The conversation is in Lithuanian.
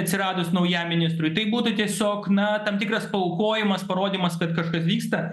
atsiradus naujam ministrui tai būtų tiesiog na tam tikras paaukojimas parodymas kad kažkas vyksta